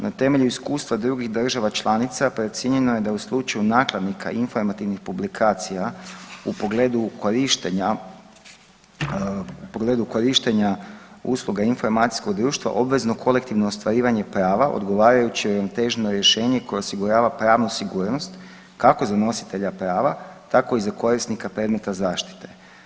Na temelju iskustva drugih država članica procijenjeno je da u slučaju nakladnika informativnih publikacija u pogledu korištenja, u pogledu korištenja usluga informacijskog društva obvezno kolektivno ostvarivanje prava odgovarajuće je …/nerazumljivo/… rješenje koje osigurava pravnu sigurnost kako za nositelja prava tako i za korisnika predmete zaštite.